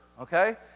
okay